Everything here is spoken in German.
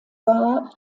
war